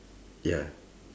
ya